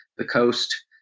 the coast,